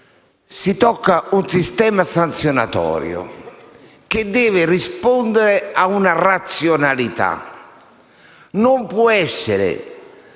si tocca un sistema sanzionatorio che deve rispondere ad una razionalità; non può esserci